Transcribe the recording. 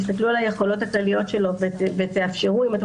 תסתכלו על היכולות הכלליות שלו ותאפשרו אם אתם